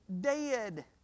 dead